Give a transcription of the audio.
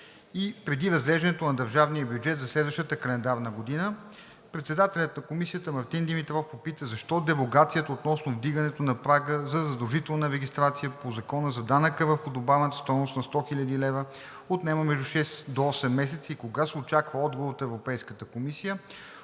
и преди разглеждането на държавния бюджет за следващата календарна година. Председателят на Комисията Мартин Димитров попита защо дерогацията относно вдигането на прага за задължителна регистрация по Закона за данъка върху добавената стойност на 100 000 лева отнема между 6 до 8 месеца и кога се очаква отговор от Европейската комисия.